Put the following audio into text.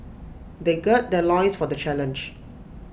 they gird their loins for the challenge